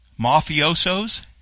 mafiosos